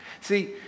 See